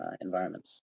environments